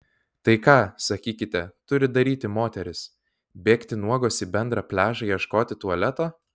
tai ką sakykite turi daryti moterys bėgti nuogos į bendrą pliažą ieškoti tualeto